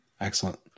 Excellent